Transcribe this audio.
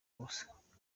ubusa